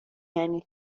یعنی